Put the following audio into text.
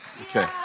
Okay